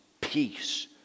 peace